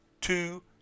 two